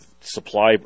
supply